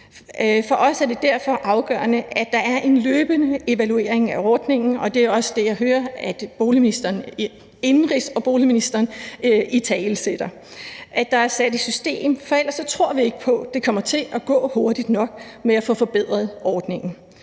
For os er det derfor afgørende, at der er en løbende evaluering af ordningen, og det er også det, jeg hører indenrigs- og boligministeren italesætte er sat i system, for ellers tror vi ikke på, at det kommer til at gå hurtigt nok med at få forbedret ordningen.